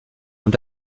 und